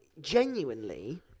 genuinely